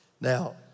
Now